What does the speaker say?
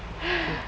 !hais!